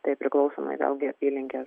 tai priklausomai vėlgi apylinkės